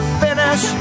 finish